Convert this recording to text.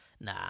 nah